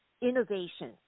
innovation